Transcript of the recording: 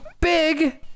big